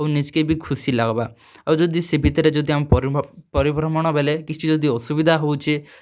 ଆଉ ନିଜ୍କେ ଭି ଖୁସି ଲାଗ୍ବା ଆଉ ଯଦି ସେ ଭିତ୍ରେ ଯଦି ଆମ ପରିଭ୍ରମଣ ବେଲେ କିଛି ଯଦି ଅସୁବିଧା ହେଉଛେ